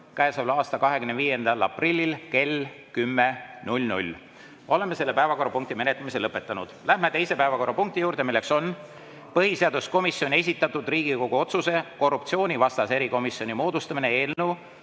käesoleva aasta 25. aprillil kell 10. Oleme selle päevakorrapunkti menetlemise lõpetanud. Läheme teise päevakorrapunkti juurde, milleks on põhiseaduskomisjoni esitatud Riigikogu otsuse "Korruptsioonivastase erikomisjoni moodustamine" eelnõu